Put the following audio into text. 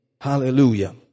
Hallelujah